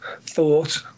thought